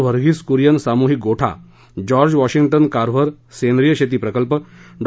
व्हर्गीस कुरीयन सामुहिक गोठा George Washington Carver सेंद्रीय शेती प्रकल्प डॉ